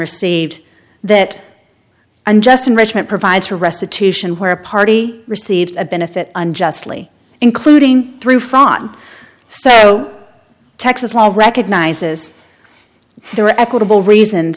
received that unjust enrichment provides for restitution where a party receives a benefit unjustly including through fought so texas law recognizes there are equitable reasons